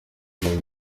kuba